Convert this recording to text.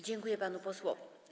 Dziękuję panu posłowi.